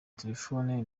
telefoni